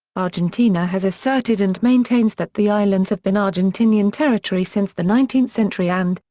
argentina has asserted and maintains that the islands have been argentinian territory since the nineteenth century and,